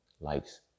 likes